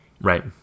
Right